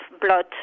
blood